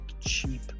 cheap